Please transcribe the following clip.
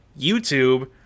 YouTube